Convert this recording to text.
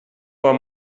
bon